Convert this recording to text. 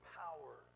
power